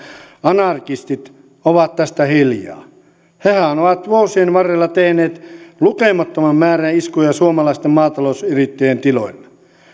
anarkistit ovat tästä hiljaa hehän ovat vuosien varrella tehneet lukemattoman määrän iskuja suomalaisten maatalousyrittäjien tiloille